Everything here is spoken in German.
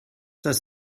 das